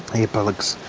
earplugs.